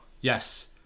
Yes